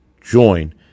join